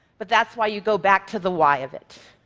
but that's why you go back to the why of it.